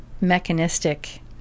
mechanistic